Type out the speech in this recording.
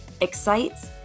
excites